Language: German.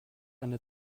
eine